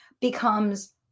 becomes